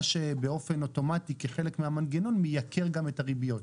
מה שבאופן אוטומטי כחלק מהמנגנון מייקר גם את הריביות.